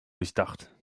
durchdacht